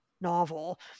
novel